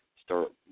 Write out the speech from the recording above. start